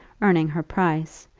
earning her price,